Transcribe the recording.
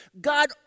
God